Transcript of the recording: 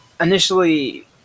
initially